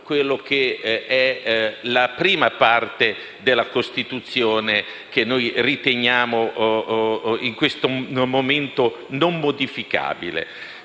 quella che è la prima parte della Costituzione, che noi riteniamo, in questo momento, non modificabile.